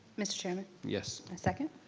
mr. chairman? yes? i second.